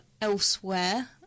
elsewhere